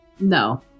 No